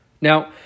Now